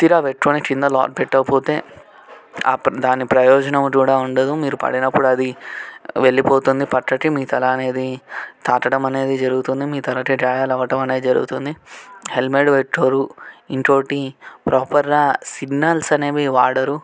ఉత్తిగా పెట్టుకుని క్రింద లాక్ పెట్టకపోతే అప్పుడు దాని ప్రయోజనం కూడా ఉండదు మీరు పడినప్పుడు అది వెళ్ళిపోతుంది ప్రక్కకి మీ తల అనేది తాకడం అనేది జరుగుతుంది మీ తలకి గాయాలు అవడం అనేది జరుగుతుంది హెల్మెట్ పెట్టుకోరు ఇంకోకటి ప్రాపర్గా సిగ్నల్స్ అనేవి వాడరు